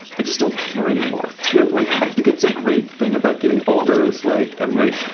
i just don't care anymore, too. like, i think it's a great thing about getting older, is like, i'm like